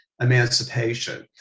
emancipation